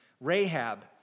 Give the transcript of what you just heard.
Rahab